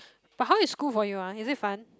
but how is school for you ah is it fun